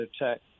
attack